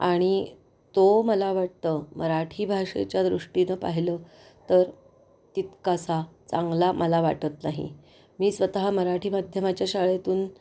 आणि तो मला वाटतं मराठी भाषेच्या दृष्टीनं पाहिलं तर तितकासा चांगला मला वाटत नाही मी स्वतः मराठी माध्यमाच्या शाळेतून